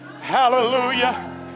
Hallelujah